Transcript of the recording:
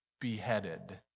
beheaded